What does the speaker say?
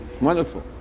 Wonderful